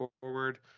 forward